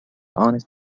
honest